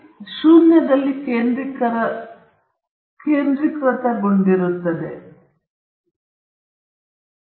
ಮತ್ತು ಮಧ್ಯದ ಎರಡೂ ಕಡೆಗಳಲ್ಲಿ ಒಂದು ವಿಚಲನವನ್ನು ಹೊಂದಿದ ಯಾದೃಚ್ಛಿಕ ಅಸ್ಥಿರಗಳಿಗೆ ಅನುಗುಣವಾದ ರೇಖೆಯ ಅಡಿಯಲ್ಲಿರುವ ಪ್ರದೇಶವು 15 ಕ್ಕೆ ಬರುತ್ತದೆ ಮತ್ತು 19